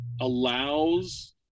allows